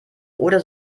oder